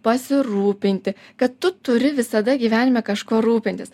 pasirūpinti kad tu turi visada gyvenime kažkuo rūpintis